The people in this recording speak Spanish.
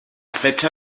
fecha